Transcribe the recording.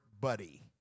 buddy